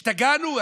השתגענו?